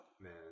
Man